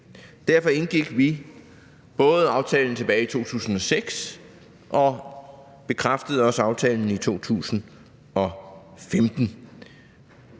Derfor indgik vi både aftalen tilbage i 2006 og bekræftede også aftalen i 2015.